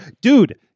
Dude